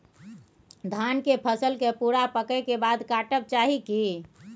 धान के फसल के पूरा पकै के बाद काटब चाही की?